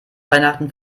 weihnachten